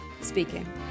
speaking